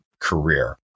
career